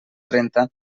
trenta